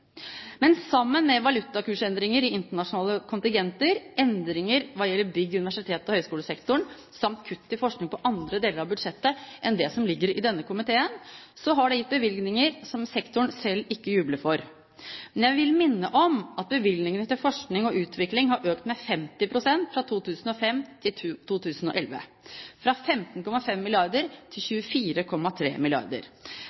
Men sammen med valutakursendringer i internasjonale kontingenter, endringer hva gjelder bygg i universitets- og høyskolesektoren samt kutt i forskning på andre deler av budsjettet enn det som ligger i denne komiteen, har det gitt bevilgninger som sektoren selv ikke jubler for. Men jeg vil minne om at bevilgningene til forskning og utvikling har økt med 50 pst. fra 2005 til 2011, fra 15,5 mrd. kr til